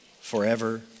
forever